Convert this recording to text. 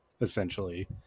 essentially